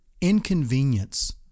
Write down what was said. inconvenience